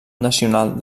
nacional